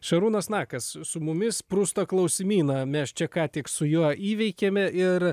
šarūnas nakas su mumis prusto klausimyną mes čia ką tik su juo įveikėme ir